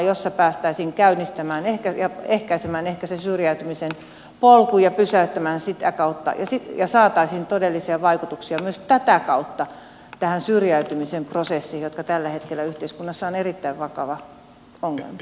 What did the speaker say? siellä päästäisiin asia käynnistämään ja ehkäisemään ehkä sen syrjäytymisen polkuja pysäyttämään sitä kautta ja saataisiin todellisia vaikutuksia myös tätä kautta tähän syrjäytymisen prosessiin joka tällä hetkellä yhteiskunnassa on erittäin vakava ongelma